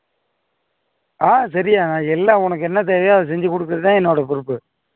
ஆ சரிய்யா நான் எல்லாம் உ னக்கு என்னத் தேவையோ அதை செஞ்சுக் கொடுக்கறது தான் என்னோடய பொறுப்பு ஓகேவா